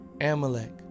Amalek